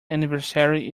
anniversary